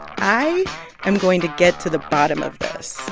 i am going to get to the bottom of this